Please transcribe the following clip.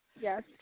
Yes